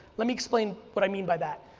let me explain what i mean by that.